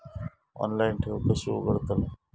Online ठेव कशी उघडतलाव?